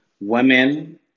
women